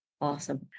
Awesome